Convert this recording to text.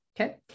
okay